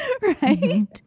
Right